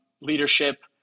leadership